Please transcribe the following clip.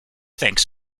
thanks